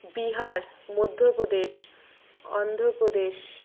Bihar Madhya Pradesh Andhra Pradesh